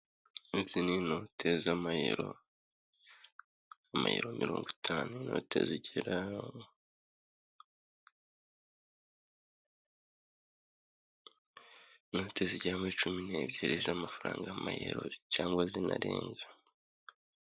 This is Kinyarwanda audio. Izi ni inote z'amayero, amayero mirongo itanu, inoti zigera muri cumi n'ebyiri z'amafaranga y'amayero cyangwa zinarenga.